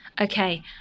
Okay